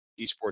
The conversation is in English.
eSports